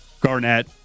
Garnett